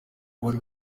wari